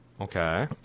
Okay